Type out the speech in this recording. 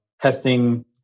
testing